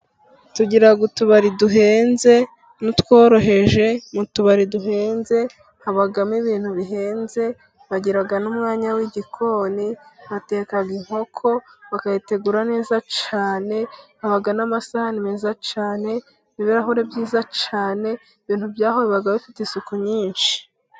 Tugira utubari duhenze n'utworoheje, mu tubari duhenze habamo ibintu bihenze, bagira n'umwanya w'igikoni, bateka inkoko bakayitegura neza cyane, haba n'amasahani meza cyane, ibirahuri byiza cyane, ibintu bya ho biba bifite isuku nyinshi.